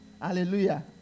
hallelujah